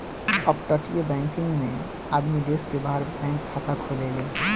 अपतटीय बैकिंग में आदमी देश के बाहर बैंक खाता खोलेले